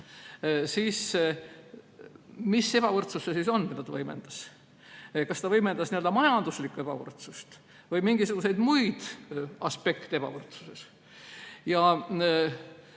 siis mis ebavõrdsus see on, mida ta võimendas? Kas ta võimendas n‑ö majanduslikku ebavõrdsust või mingisuguseid muid aspekte ebavõrdsuses?